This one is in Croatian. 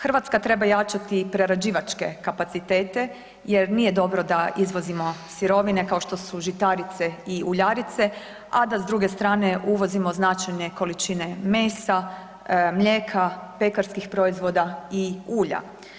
Hrvatska treba jačati prerađivačke kapacitete jer nije dobro da izvozimo sirovine kao što su žitarice i uljarice a da s druge strane uvozimo značajne količine mesa, mlijeka, pekarskih proizvoda i ulja.